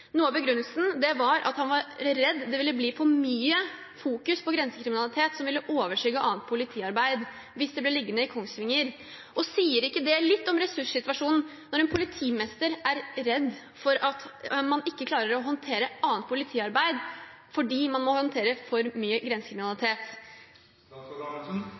Noe av begrunnelsen var at han var redd at det ville bli for mye fokusering på grensekriminalitet, som ville overskygge annet politiarbeid hvis det ble liggende på Kongsvinger. Sier ikke det litt om ressurssituasjonen når en politimester er redd for at man ikke klarer å håndtere annet politiarbeid fordi man må håndtere for mye